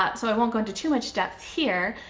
ah so i won't go into too much depth here.